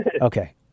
okay